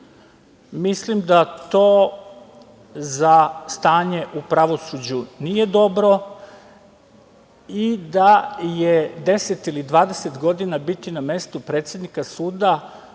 Mislim da to za stanje u pravosuđu nije dobro i da je 10 ili 20 godina biti na mestu predsednika suda